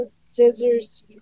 scissors